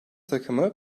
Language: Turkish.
takımı